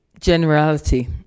generality